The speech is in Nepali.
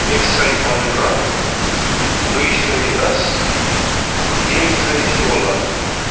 एक सय पन्ध्र दुई सय दस तिन सय सोह्र